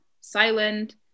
silent